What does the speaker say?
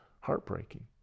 heartbreaking